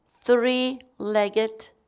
three-legged